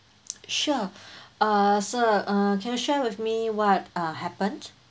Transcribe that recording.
sure err sir err can you share with me what err happened